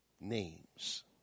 names